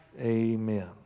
Amen